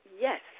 yes